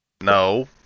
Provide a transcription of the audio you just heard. No